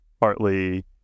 partly